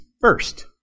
first